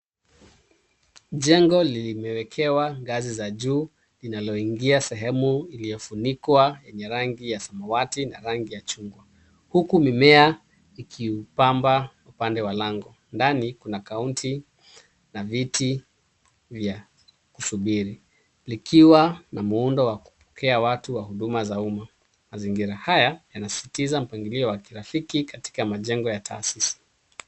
Jengo limewekewa ngazi za juu linaloingia sehemu iliyofunikwa yenye rangi ya samawati na rangi ya chungwa huku mimea ikipamba upande wa lango. Ndani kuna kaunta na viti vya kusubiri likiwa na muundo wa kupea watu huduma za umma. Mazingira haya yanasisitiza mpangilio wa kirafiki katika majengo ya taasisi.